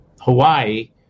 Hawaii